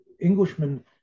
Englishmen